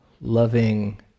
loving